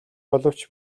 боловч